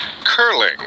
curling